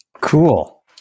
Cool